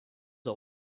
are